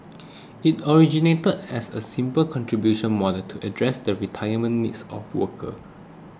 it originated as a simple contributions model to address the retirement needs of workers